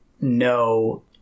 No